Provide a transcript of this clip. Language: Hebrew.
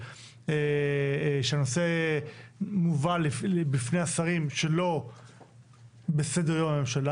שנושא מובא בפני השרים שלא בסדר יום הממשלה.